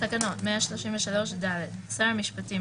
תקנות 133ד. שר המשפטים,